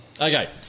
Okay